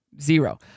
Zero